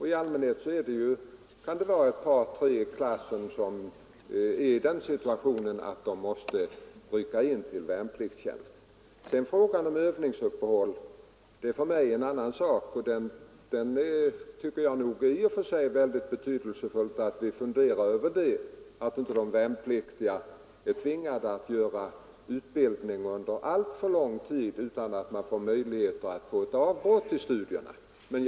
I allmänhet kan det vara ett par tre i klassen som måste rycka in till värnpliktstjänst i juni. Frågan om övningsuppehåll är en annan sak. I och för sig är det viktigt att vi funderar över hur man skall kunna undvika att de unga tvingas genomgå utbildning under alltför lång tid utan möjlighet till avbrott för rekreation.